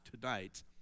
tonight